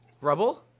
rubble